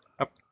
up